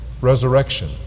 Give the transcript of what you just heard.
resurrection